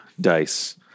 dice